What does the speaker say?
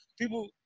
people